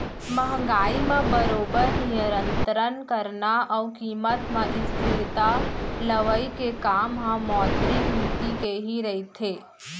महंगाई म बरोबर नियंतरन करना अउ कीमत म स्थिरता लवई के काम ह मौद्रिक नीति के ही रहिथे